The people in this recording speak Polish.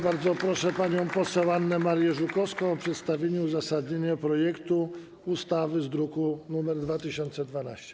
Bardzo proszę panią poseł Annę Marię Żukowską o przedstawienie uzasadnienia projektu ustawy z druku nr 2012.